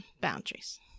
boundaries